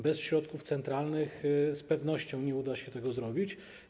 Bez środków centralnych z pewnością nie uda się tego zrobić.